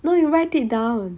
no you write it down